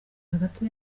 hagati